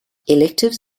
electives